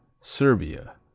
Serbia